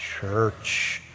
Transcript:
church